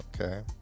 Okay